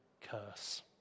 curse